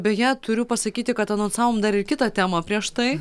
beje turiu pasakyti kad anonsavom dar ir kitą temą prieš tai